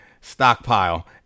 stockpile